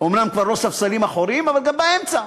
אומנם כבר לא בספסלים אחוריים, אבל גם באמצע.